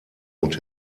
und